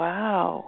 Wow